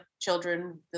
children